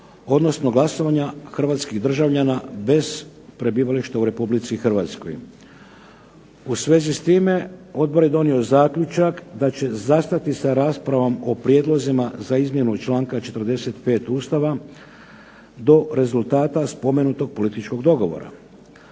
odnosno glasovanja hrvatskih državljana bez prebivališta u Republici Hrvatskoj. U svezi s time odbor je donio zaključak da će zastati s raspravom o prijedlozima za izmjenu članka 45. Ustava do rezultata spomenutog političkog dogovora.